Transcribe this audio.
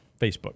Facebook